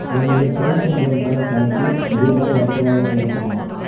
எனது South Indian Bank கணக்கில் ரூபாய் ஒன்பதாயிரம் இருக்குமா